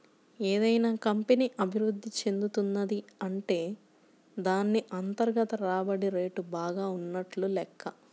ఏదైనా కంపెనీ అభిరుద్ధి చెందుతున్నది అంటే దాన్ని అంతర్గత రాబడి రేటు బాగా ఉన్నట్లు లెక్క